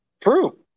True